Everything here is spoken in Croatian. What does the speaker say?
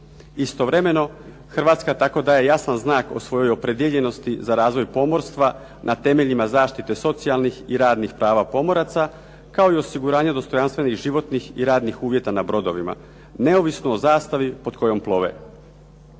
Istovremeno Hrvatska tako daje jasan znak o svojoj opredijeljenosti za razvoj pomorstva, na temeljima zaštite socijalnih i radnih prava pomoraca, kao i osiguranje dostojanstvenih životnih i radnih uvjeta na brodovima, neovisno o zastavi pod kojom plove.